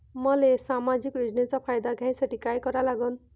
मले सामाजिक योजनेचा फायदा घ्यासाठी काय करा लागन?